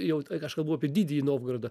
jau aš kalbu apie didįjį novgorodą